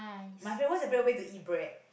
my favorite what's your favorite way to eat bread